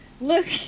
Look